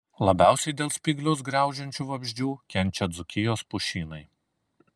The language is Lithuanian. labiausiai dėl spyglius graužiančių vabzdžių kenčia dzūkijos pušynai